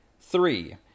Three